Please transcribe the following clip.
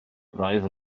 braidd